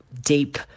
deep